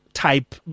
type